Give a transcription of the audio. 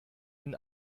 den